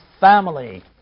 family